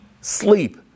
sleep